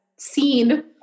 seen